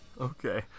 Okay